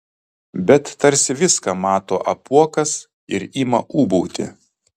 bet tarsi viską mato apuokas ir ima ūbauti